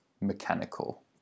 mechanical